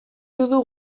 judu